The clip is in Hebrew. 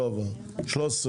הצבעה ההסתייגות לא התקבלה.